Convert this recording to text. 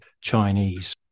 Chinese